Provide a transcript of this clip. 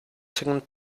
second